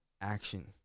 action